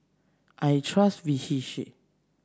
I trust Vichy